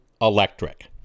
electric